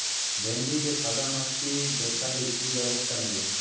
ভিন্ডিতে সাদা মাছি দেখালে কি ব্যবস্থা নেবো?